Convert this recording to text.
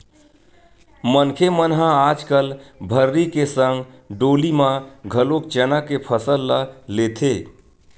मनखे मन ह आजकल भर्री के संग डोली म घलोक चना के फसल ल लेथे